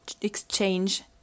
exchange